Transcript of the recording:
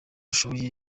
ishoboye